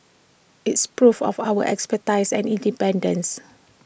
it's proof of our expertise and independence